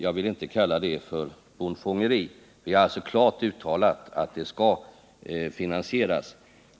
Jag vill inte kalla detta bondfångeri, men jag vill alltså understryka att vi klart har uttalat att reformen skall finansieras.